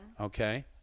Okay